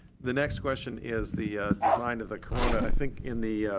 the next question is the design of the corona. i think in the